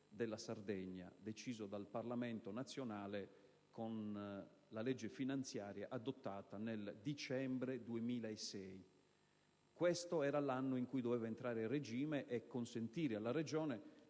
della Sardegna deciso dal Parlamento nazionale con la legge finanziaria adottata nel dicembre 2006. Questo era l'anno in cui il sistema doveva entrare a regime e consentire alla Regione